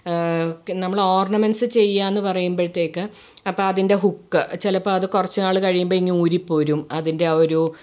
നമ്മള് ഓർണമെൻട്സ്സ് ചെയ്യാന്ന് പറയുമ്പഴത്തേക്ക് അപ്പം അതിൻ്റെ ഹുക്ക് ചിലപ്പം അത് കുറച്ചു നാള് കഴിയുമ്പം ഇങ്ങൂരിപ്പോരും അതിൻ്റെ ആ ഒരു